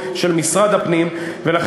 וזאת